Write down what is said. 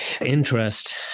interest